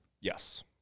Yes